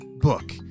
book